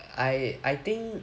I I think